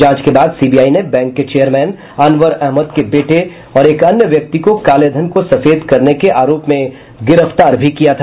जांच के बाद सीबीआई ने बैंक के चैयरमैन अनवर अहमद के बेटे और एक अन्य व्यक्ति को कालेधन को सफेद करने के आरोप में गिरफ्तार भी किया था